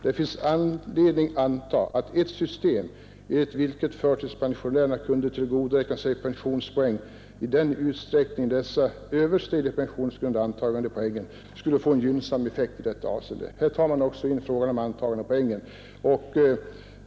Det fanns anledning anta att ett system, enligt vilket förtidspensionärerna kunde tillgodoräkna sig pensionspoäng i den utsträckning dessa översteg de pensionsgrundande antagandepoängen, skulle få en gynnsam effekt i detta avseeende.” Här tar man också in frågan om antagandepoängen.